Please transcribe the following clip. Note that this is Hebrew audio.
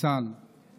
זכר צדיק לברכה,